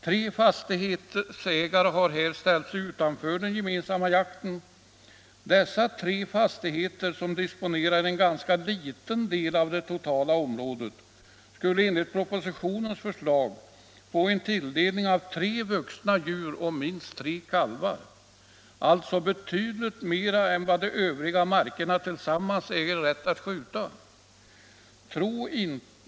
Tre fastighetsägare har här ställt sig utanför den gemensamma jakten. Dessa tre fastigheter, som disponerar en ganska liten del av det totala området, skulle enligt propositionens förslag få en tilldelning av tre vuxna djur och minst tre kalvar, alltså betydligt mera än vad man äger rätt att skjuta på de övriga markerna tillsammans.